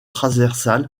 transversale